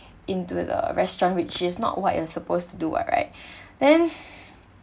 into the restaurant which is not what you're supposed to do what right then